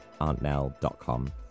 auntnell.com